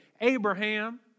Abraham